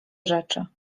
rzeczy